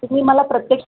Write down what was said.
तर तुम्ही मला प्रत्यक्ष